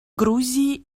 грузии